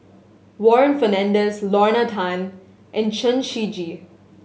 Warren Fernandez Lorna Tan and Chen Shiji